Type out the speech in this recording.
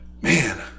man